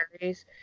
carries